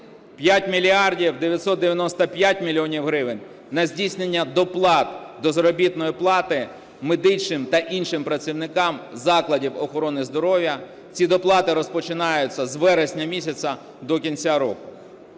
гривень – на здійснення доплат до заробітної плати медичним та іншим працівникам закладів охорони здоров'я. Ці доплати розпочинаються з вересня місяця до кінця року.